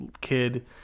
kid